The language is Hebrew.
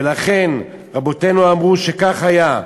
ולכן רבותינו אמרו שכך היה: